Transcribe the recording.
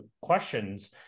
questions